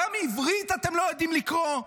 גם עברית אתם לא יודעים לקרוא?